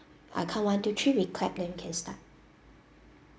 I count one two three we clap then we can start